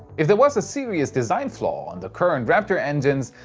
if there was a serious design flaw on the current raptor engines,